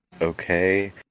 okay